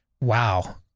wow